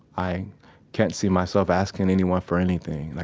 i can't see myself asking anyone for anything, like